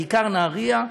בעיקר נהריה,